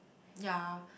yea